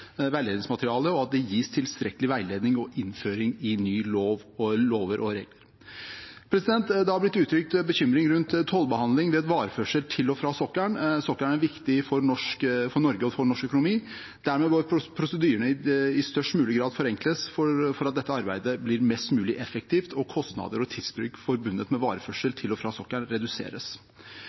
og at det gis tilstrekkelig veiledning og innføring i ny lov og i lover og regler. Det er blitt uttrykt bekymring rundt tollbehandling ved vareførsel til og fra sokkelen. Sokkelen er viktig for Norge og for norsk økonomi, og dermed bør prosedyrene i størst mulig grad forenkles for at dette arbeidet skal bli mest mulig effektivt og kostnader og tidsbruk forbundet med vareførsel til og fra sokkelen reduseres.